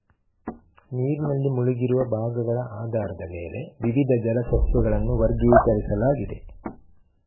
ನೀರಿನಲ್ಲಿ ಮುಳುಗಿರುವ ಭಾಗಗಳ ಆಧಾರದ ಮೇಲೆ ವಿವಿಧ ಜಲ ಸಸ್ಯಗಳನ್ನು ವರ್ಗೀಕರಿಸಲಾಗಿದೆ